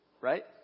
right